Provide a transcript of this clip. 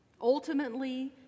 ultimately